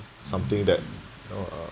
something that you know uh